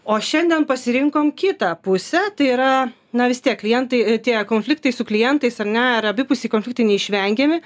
o šiandien pasirinkom kitą pusę tai yra na vis tiek klientai tie konfliktai su klientais ar ne ir abipusiai konfliktai neišvengiami